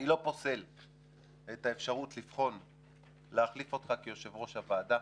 אני לא פוסל את האפשרות לבחון להחליף אותך כיושב-ראש הוועדה.